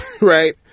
right